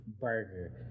burger